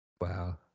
Wow